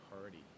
party